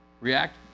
React